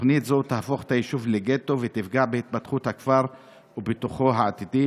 תוכנית זו תהפוך את היישוב לגטו ותפגע בהתפתחות הכפר ובפיתוחו העתידי.